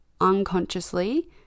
unconsciously